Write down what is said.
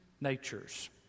natures